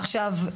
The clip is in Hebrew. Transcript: עכשיו,